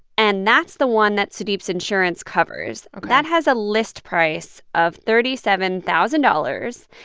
and that's the one that sudeep's insurance covers ok that has a list price of thirty seven thousand dollars,